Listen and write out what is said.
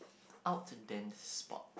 out then spot